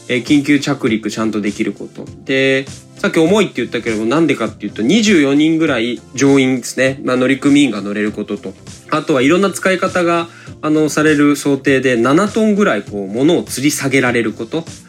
えー、緊急着陸ちゃんとできること。で、さっき重いって言ったけれども、なんでかっていうと、24人ぐらい乗員ですね。まあ、乗組員が乗れることと。あとはいろんな使い方が、あの、される想定で、七トンぐらいこう、物を吊り下げられること。